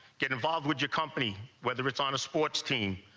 get involved with your company whether it's on a sports team,